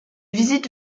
visite